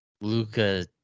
Luca